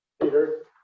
Peter